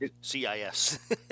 CIS